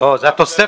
לא, זה התוספת.